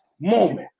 moment